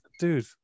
Dude